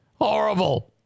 Horrible